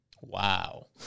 Wow